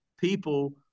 people –